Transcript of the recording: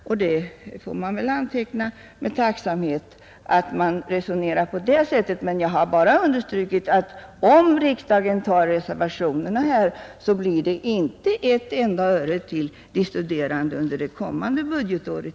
Vi får väl anteckna med tacksamhet att man resonerar på det sättet. Men jag vill bara framhålla att om riksdagen bifaller reservationerna här blir det i varje fall inte ett enda öre till de studerande under det kommande budgetåret.